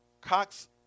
Cox